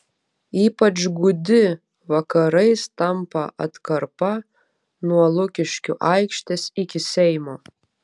ypač gūdi vakarais tampa atkarpa nuo lukiškių aikštės iki seimo